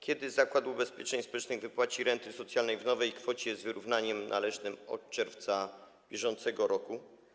Kiedy Zakład Ubezpieczeń Społecznych wypłaci renty socjalne w nowej kwocie z wyrównaniem należnym od czerwca br.